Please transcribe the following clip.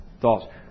thoughts